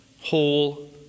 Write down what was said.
whole